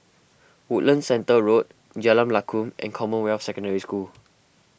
Woodlands Centre Road Jalan Lakum and Commonwealth Secondary School